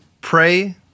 pray